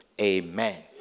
amen